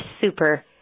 super